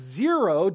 zero